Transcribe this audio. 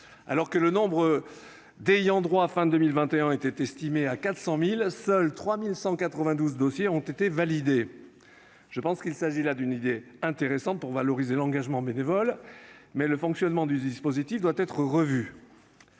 Alors que le nombre d'ayants droit était estimé à 400 000 à la fin de l'année 2021, seuls 3 192 dossiers ont été validés. Je pense qu'il s'agit d'une idée intéressante pour valoriser l'engagement bénévole, mais le fonctionnement du dispositif doit être revu.